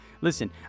Listen